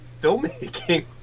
filmmaking